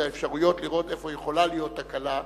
האפשרויות לראות איפה יכולה להיות תקלה,